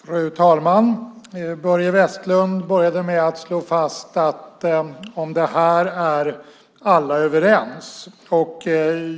Fru talman! Börje Vestlund började med att slå fast att om det här är alla överens.